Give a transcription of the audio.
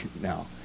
now